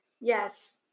Yes